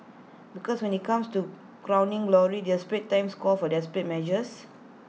because when IT comes to crowning glory desperate times call for desperate measures